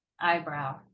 Eyebrow